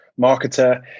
marketer